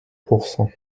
pourcent